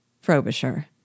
Frobisher